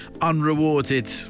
unrewarded